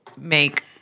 make